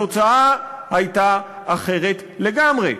התוצאה הייתה אחרת לגמרי.